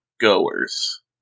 goers